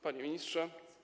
Panie Ministrze!